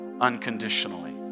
unconditionally